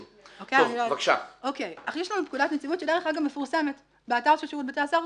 יש לנו פקודת נציבות שדרך אגב מפורסמת באתר של שירות בתי הסוהר.